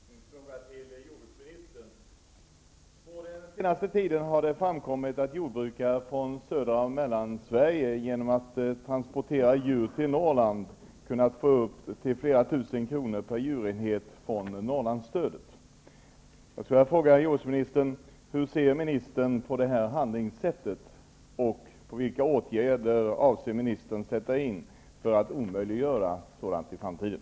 Fru talman! Jag vill ställa en fråga till jordbruksministern. Under den senaste tiden har det framkommit att jordbrukare från södra Sverige och Mellansverige genom att transportera djur till Norrland har kunnat få flera tusen kronor per djur från Norrlandsstödet. Hur ser ministern på detta handlingssätt, och vilka åtgärder avser ministern att vidta för att omöjliggöra sådant i framtiden?